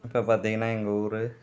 இப்போ பார்த்தீங்கனா எங்கள் ஊரு